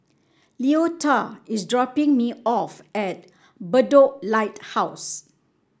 Leota is dropping me off at Bedok Lighthouse